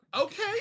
okay